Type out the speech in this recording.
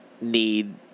need